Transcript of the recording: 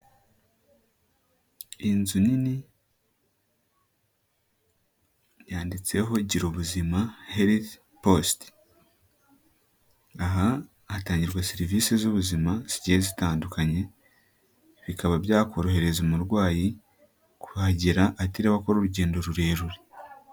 Inzu nini yanditseho gira ubuzima health post. Aha hatangirwa serivise z'ubuzima zigiye zitandukanye, bikaba byakorohereza umurwayi kuhagera atiriwe akora urugendo rurerure.